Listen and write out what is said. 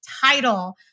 title